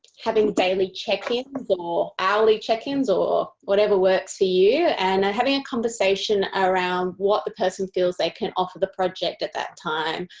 having daily or hourly check-ins or whatever works for you. and ah having a conversation around what the person feels they can offer the project at that time.